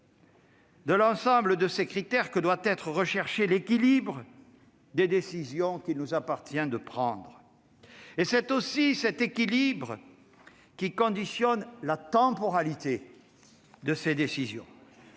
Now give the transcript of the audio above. de l'ensemble de ces critères que doit être recherché l'équilibre des décisions qu'il nous appartient de prendre. C'est aussi cet équilibre qui conditionne la temporalité de ces décisions.